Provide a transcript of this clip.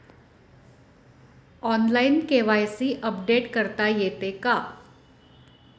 Online KYC update करता येते का?